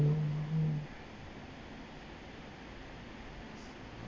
mm